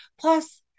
Plus